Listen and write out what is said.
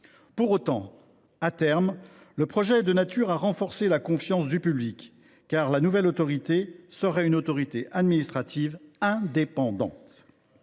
Pour autant, à terme, le projet est de nature à renforcer la confiance du public, car l’ASNR sera une autorité administrative indépendante,